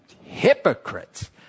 hypocrites